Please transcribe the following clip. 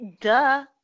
Duh